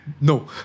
No